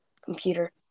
computer